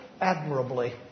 admirably